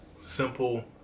simple